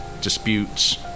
disputes